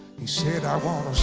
he said, i wanna